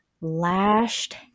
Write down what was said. lashed